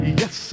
yes